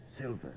Silver